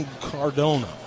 Cardona